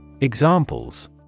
Examples